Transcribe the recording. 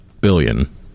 billion